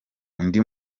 undi